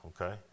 okay